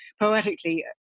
poetically